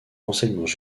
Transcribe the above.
renseignements